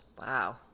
Wow